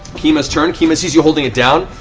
kima's turn. kima sees you holding it down.